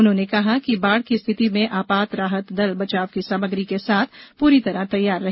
उन्होंने कहा कि बाढ़ की स्थिति में आपात राहत दल बचाव की सामग्री के साथ पूरी तरह तैयार रहे